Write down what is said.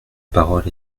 parole